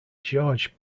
george